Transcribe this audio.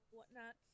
whatnot